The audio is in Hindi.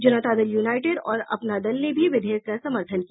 जनता दल यूनाईटेड और अपना दल ने भी विधेयक का समर्थन किया